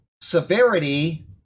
severity